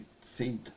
feed